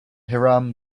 hiram